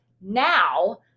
now